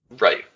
right